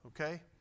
Okay